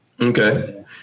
Okay